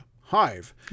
Hive